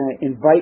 invite